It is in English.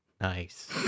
Nice